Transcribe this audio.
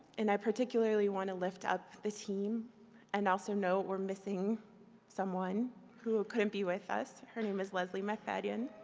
and i particularly want to lift up the team and also note we're missing someone who couldn't be with us. her name is leslie mac mcfaddin.